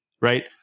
right